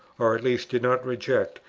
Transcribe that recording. or at least did not reject,